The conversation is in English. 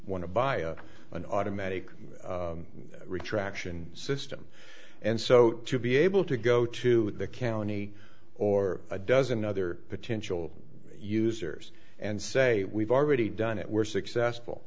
want to buy an automatic retraction system and so to be able to go to the county or a dozen other potential users and say we've already done it we're successful